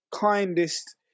kindest